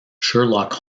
sherlock